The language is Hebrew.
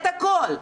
את הכול,